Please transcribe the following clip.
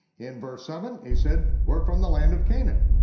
in verse seven, they said we're from the land of canaan.